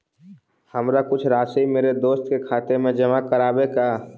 हमारा कुछ राशि मेरे दोस्त के खाते में जमा करावावे के हई